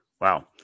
wow